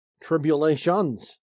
tribulations